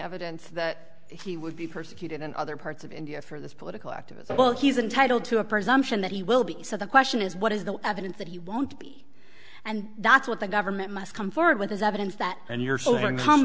evidence that he would be persecuted in other parts of india for this political activism but he's entitled to a presumption that he will be so the question is what is the evidence that he won't be and that's what the government must come forward with his evidence that